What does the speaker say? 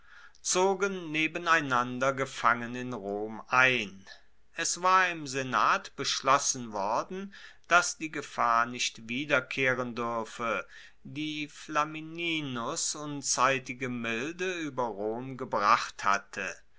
zogen nebeneinander gefangen in rom ein es war im senat beschlossen worden dass die gefahr nicht wiederkehren duerfe die flamininus unzeitige milde ueber rom gebracht hatte